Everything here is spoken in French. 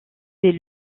des